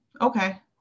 okay